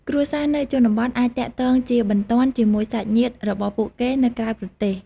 គ្រួសារនៅជនបទអាចទាក់ទងជាបន្ទាន់ជាមួយសាច់ញាតិរបស់ពួកគេនៅក្រៅប្រទេស។